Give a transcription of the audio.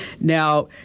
Now